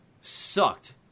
sucked